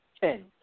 ten